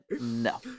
No